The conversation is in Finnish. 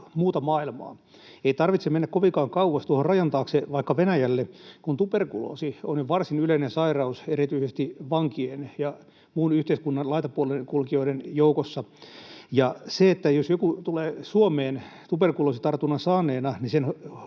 muuta maailmaa. Ei tarvitse mennä kovinkaan kauas tuohon rajan taakse, vaikka Venäjälle, kun tuberkuloosi on jo varsin yleinen sairaus erityisesti vankien ja muiden yhteiskunnan laitapuolen kulkijoiden joukossa. Jos joku tulee Suomeen tuberkuloositartunnan saaneena, sen